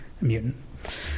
mutant